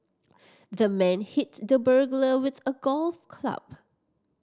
the man hit the burglar with a golf club